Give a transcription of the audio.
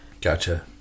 gotcha